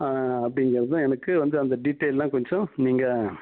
அப்படிங்கிறதும் எனக்கு வந்து அந்த டிட்டெயில்லாம் கொஞ்சம் நீங்கள்